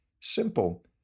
Simple